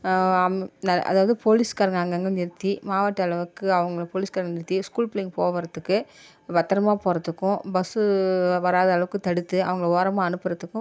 அதாவது போலீஸ்காரங்கள் அங்கே அங்கே நிறுத்தி மாவட்ட அளவுக்கு அவங்க போலீஸ்காரங்க நிறுத்தி ஸ்கூல் பிள்ளைங்கள் போகுவதுக்கு பத்திரமாக போகிறதுக்கும் பஸ்ஸு வராத அளவுக்கு தடுத்து அவங்களை ஓரமாக அனுப்புகிறத்துக்கும்